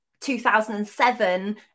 2007